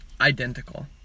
identical